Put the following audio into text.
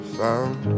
found